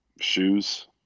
shoes